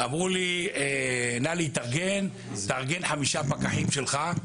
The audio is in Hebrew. אמרו לי: תארגן חמישה פקחים שלך.